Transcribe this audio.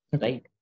right